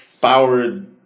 powered